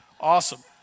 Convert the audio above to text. Awesome